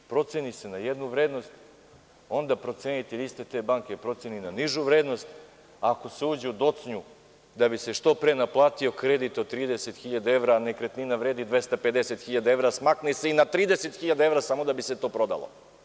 Proceni se na jednu vrednost, onda procenitelj te iste banke proceni na nižu vrednost, ako se uđe u docnju da bi se što pre naplatio kredit od 30.000, a nekretnina vredi 250.000 evra, smakne se i na 30.000 evra samo da bi se to prodalo.